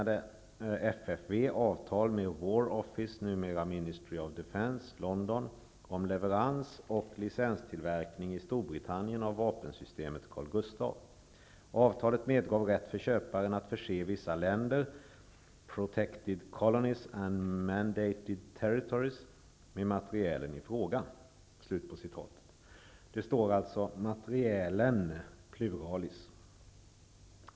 Där står: ''År 1963 tecknade FFV Avtalet medgav rätt för köparen att förse vissa länder, ''protected colonies and mandated territories', med materielen i fråga.'' -- Det står alltså ''materielen'' i pluralis.